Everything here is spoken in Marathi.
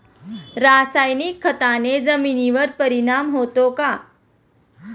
रासायनिक खताने जमिनीवर परिणाम होतो का?